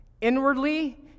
Inwardly